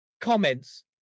comments